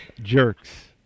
Jerks